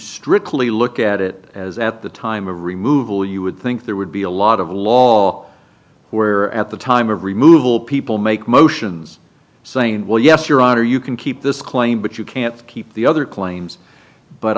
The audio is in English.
strictly look at it as at the time removal you would think there would be a lot of law were at the time of removal people make motions saying well yes your honor you can keep this claim but you can't keep the other claims but